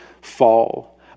fall